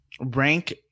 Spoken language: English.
Rank